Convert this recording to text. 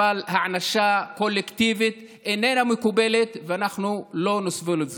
אבל הענשה קולקטיבית איננה מקובלת ואנחנו לא נסבול את זה.